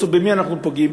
בסוף במי אנחנו פוגעים,